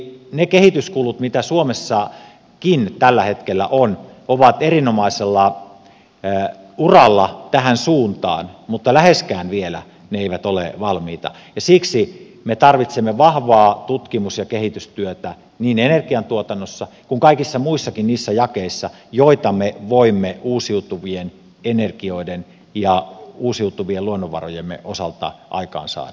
ne kehityskulut joita suomessakin tällä hetkellä on ovat erinomaisella uralla tähän suuntaan mutta läheskään vielä ne eivät ole valmiita ja siksi me tarvitsemme vahvaa tutkimus ja kehitystyötä niin energiantuotannossa kuin kaikissa muissakin niissä jakeissa joita me voimme uusiutuvien energioiden ja uusiutuvien luonnonvarojemme osalta aikaansaada